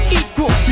equal